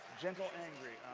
gentle, angry.